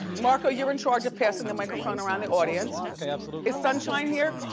marco, you're in charge of passing the microphone around the audience. okay, absolutely. is sunshine here?